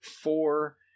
four